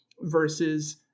versus